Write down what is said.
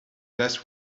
last